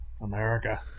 America